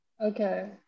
Okay